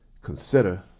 consider